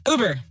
Uber